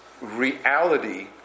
reality